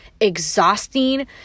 exhausting